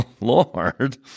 Lord